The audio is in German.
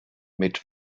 mit